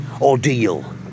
ordeal